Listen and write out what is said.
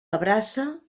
abraça